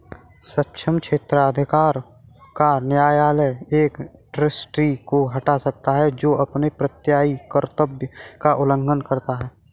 सक्षम क्षेत्राधिकार का न्यायालय एक ट्रस्टी को हटा सकता है जो अपने प्रत्ययी कर्तव्य का उल्लंघन करता है